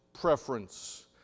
preference